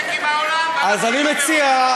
אז אני מציע,